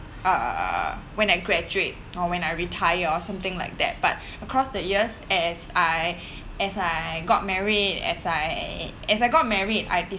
uh when I graduate nor when I retire or something like that but across the years as I as I got married as I as I got married I